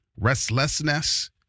restlessness